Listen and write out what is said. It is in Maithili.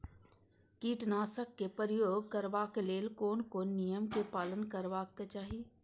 कीटनाशक क प्रयोग करबाक लेल कोन कोन नियम के पालन करबाक चाही?